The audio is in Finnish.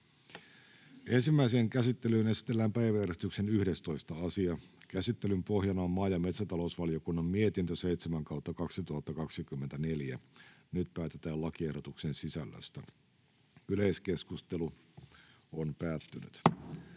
Ensimmäiseen käsittelyyn esitellään päiväjärjestyksen 9. asia. Käsittelyn pohjana on sosiaali- ja terveysvaliokunnan mietintö StVM 8/2024 vp. Nyt päätetään lakiehdotuksen sisällöstä. — Yleiskeskustelu, edustaja